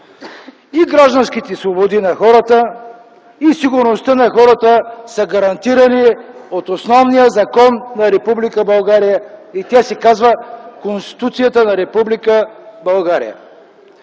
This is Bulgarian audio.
И гражданските свободи на хората, и сигурността на хората са гарантирани от основния закон на Република България и той се казва Конституцията на